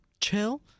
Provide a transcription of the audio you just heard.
Chill